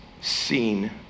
seen